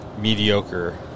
mediocre